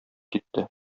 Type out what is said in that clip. китте